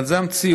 אבל זאת המציאות.